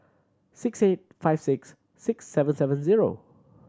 six eight five six six seven seven zero